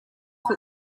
für